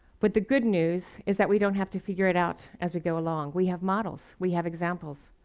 but the good news is that we don't have to figure it out as we go along we have models, we have examples,